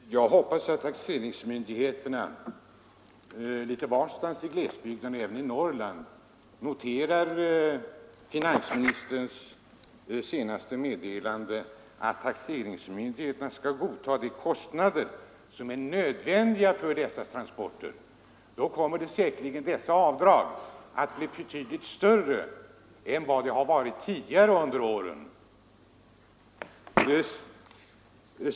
Herr talman! Jag hoppas att taxeringsmyndigheterna litet varstans i glesbygderna, framför allt i Norrland, noterar finansministerns senaste meddelande, att taxeringsmyndigheterna skall godta de kostnader som är nödvändiga för dessa persontransporter. Då kommer säkerligen avdragen härför att bli betydligt större än vad de varit tidigare under åren.